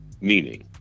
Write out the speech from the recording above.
meaning